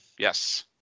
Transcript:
Yes